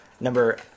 Number